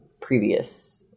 previous